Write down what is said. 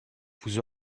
vous